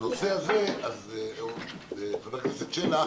הנושא הזה, חבר הכנסת שלח,